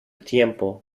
tiempo